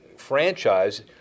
franchise